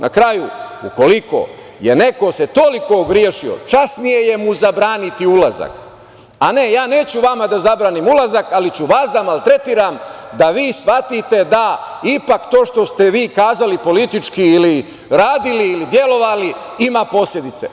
Na kraju, ukoliko se neko toliko ogrešio, časnije mu je zabraniti ulazak, a ne ja neću vama zabranim ulazak, ali ću vas da maltretiram da vi shvatite da ipak to što ste vi kazali politički ili radili ili delovali ima posledice.